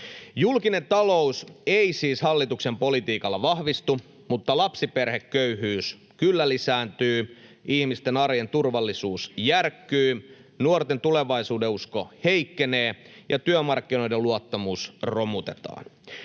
Julkinen talous ei siis hallituksen politiikalla vahvistu, mutta lapsiperheköyhyys kyllä lisääntyy, ihmisten arjen turvallisuus järkkyy, nuorten tulevaisuudenusko heikkenee ja työmarkkinoiden luottamus romutetaan.